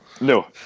No